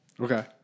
okay